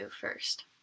first